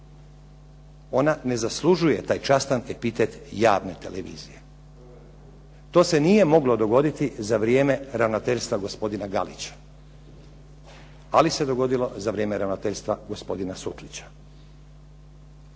Ona ne zaslužuje taj častan epitet javne televizije. To se nije moglo dogoditi za vrijeme ravnateljstva gospodina Galića, ali se dogodilo za vrijeme ravnateljstva gospodina Sutlića.